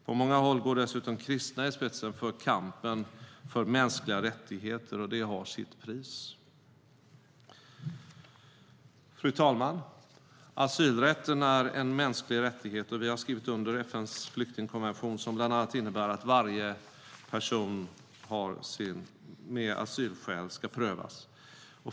På många håll går dessutom kristna i spetsen för kampen för mänskliga rättigheter - och det har sitt pris. Fru talman! Asylrätten är en mänsklig rättighet. Sverige har skrivit under FN:s flyktingkonvention, som bland annat innebär att varje persons asylskäl ska prövas.